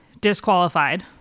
disqualified